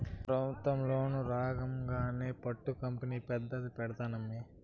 పెబుత్వ లోను రాంగానే పట్టు కంపెనీ పెద్ద పెడ్తానమ్మీ